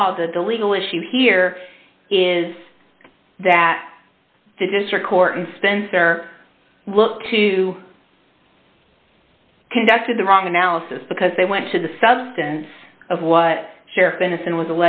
of the legal issue here is that the district court in spencer look to conduct in the wrong analysis because they went to the substance of what sheriff innocent was